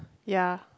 ya